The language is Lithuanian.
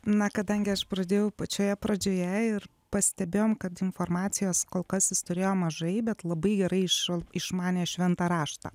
na kadangi aš pradėjau pačioje pradžioje ir pastebėjom kad informacijos kol kas jis turėjo mažai bet labai gerai iš išmanė šventą raštą